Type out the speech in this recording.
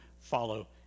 follow